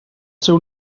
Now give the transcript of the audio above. seu